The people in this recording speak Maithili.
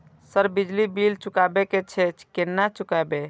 सर बिजली बील चुकाबे की छे केना चुकेबे?